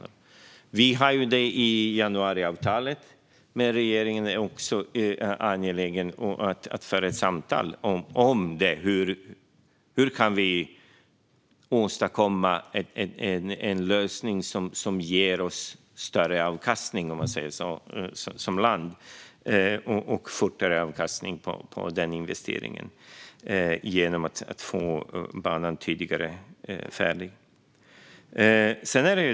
Det finns ju med i januariavtalet, men regeringen är också angelägen om att föra samtal om hur vi kan åstadkomma en lösning som ger oss större avkastning som land. Det ger snabbare avkastning på investeringen om man får banan färdig tidigare.